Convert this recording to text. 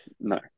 No